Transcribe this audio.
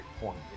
point